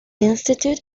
institute